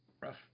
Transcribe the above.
Rough